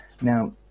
Now